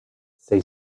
say